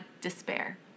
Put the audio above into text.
despair